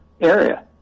area